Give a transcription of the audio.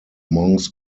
monks